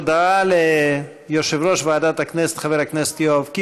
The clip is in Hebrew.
הודעה ליושב-ראש ועדת הכנסת,